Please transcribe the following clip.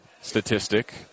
statistic